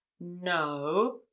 no